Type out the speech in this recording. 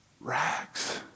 rags